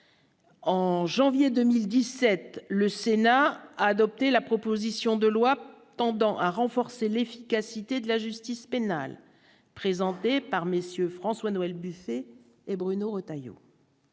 en janvier 2017, le Sénat a adopté la proposition de loi tendant à renforcer l'efficacité de la justice pénale présenté par messieurs François-Noël Buffet et Bruno Retailleau.